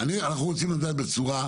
להיות בעניין